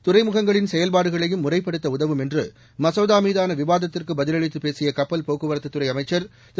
துறைமுகங்களின் செயல்பாடுகளையும் முறைப்படுத்த உதவும் என்று மசோதா மீதான விவாதத்திற்கு பதிலளித்துப் பேசிய கப்பல் போக்குவரத்துத் துறை அமைச்சர் திரு